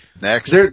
Next